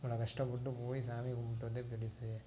இவ்வளோ கஷ்டப்பட்டு போய் சாமி கும்பிட்டு வந்ததே பெருசு